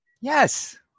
Yes